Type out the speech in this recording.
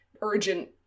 urgent